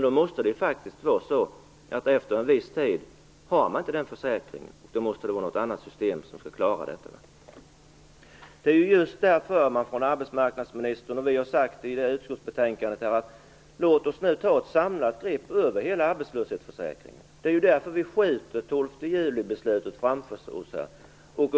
Då måste det faktiskt vara så att man efter en viss tid inte längre omfattas av försäkringen, utan då måste ett annat system träda in. Just därför har arbetsmarknadsministern sagt och det sägs i utskottsbetänkandet att vi skall ta ett samlat grepp om hela arbetslöshetsförsäkringen. Det är ju därför vi skjuter upp beslutet från den 12 juli.